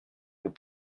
vous